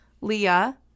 Leah